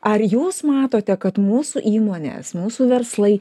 ar jūs matote kad mūsų įmonės mūsų verslai